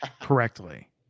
correctly